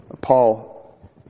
Paul